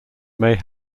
may